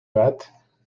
hâte